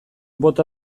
bota